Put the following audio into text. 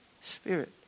Spirit